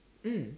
mm